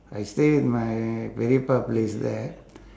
I stay my very far place there